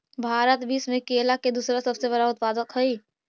भारत विश्व में केला के दूसरा सबसे बड़ा उत्पादक हई